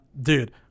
dude